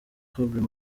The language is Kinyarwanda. forbes